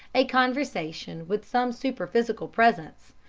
a conversation with some superphysical presence,